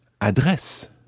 adresse